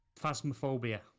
phasmophobia